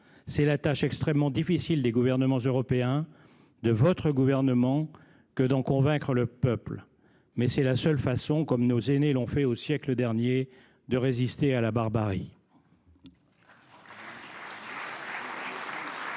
C’est la tâche extrêmement difficile des gouvernements européens, dont le vôtre, madame la Première ministre, que d’en convaincre leurs peuples. Mais c’est la seule façon, comme nos aînés l’ont fait au siècle dernier, de résister à la barbarie.